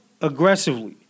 Aggressively